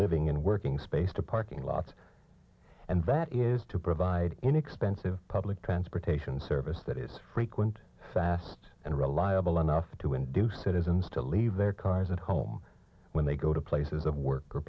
living and working space to parking lots and that is to provide inexpensive public transportation service that is frequent fast and reliable enough to induce citizens to leave their cars at home when they go to places of work or